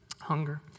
Hunger